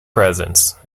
presence